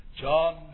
John